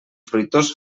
fruitós